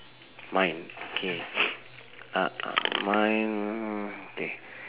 mine K uh uh mine K